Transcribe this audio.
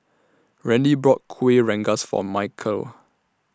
Randy bought Kueh Rengas For Michale